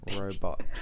robot